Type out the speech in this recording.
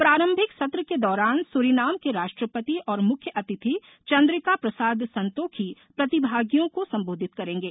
प्रारंभिक सत्र के दौरान सुरीनाम के राष्ट्रपति और मुख्य अतिथि चंद्रिका प्रसाद संतोखी प्रतिभागियों को संबोधित करेंगे